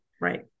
right